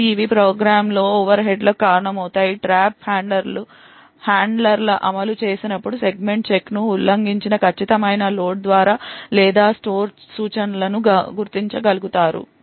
ఇప్పుడు ఇవి ప్రోగ్రామ్లో ఓవర్హెడ్లకు కారణమవుతాయి trap handler అమలు చేసినప్పుడు సెగ్మెంట్ చెక్ను ఉల్లంఘించిన ఖచ్చితమైన లోడ్ లేదా స్టోర్ సూచనలను గుర్తించగలుగుతారు